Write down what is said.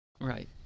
Right